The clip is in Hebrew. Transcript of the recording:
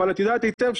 אבל את יודעת היטב,